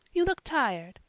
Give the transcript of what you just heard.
you look tired.